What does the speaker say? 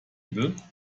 able